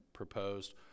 Proposed